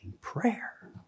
prayer